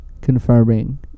confirming